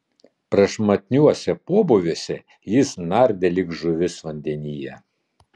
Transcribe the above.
prašmatniuose pobūviuose jis nardė lyg žuvis vandenyje